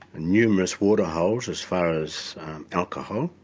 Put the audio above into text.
numerous water holes as far as alcohol